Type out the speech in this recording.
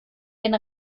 den